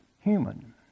human